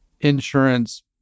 insurance